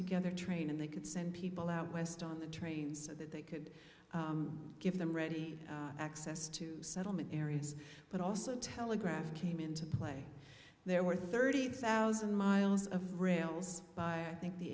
together train and they could send people out west on the train so that they could give them ready access to settlement areas but also telegraph came into play there were thirty thousand miles of rails by i think the